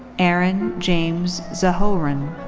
aaron james zahoran.